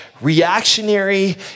reactionary